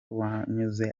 wanyuze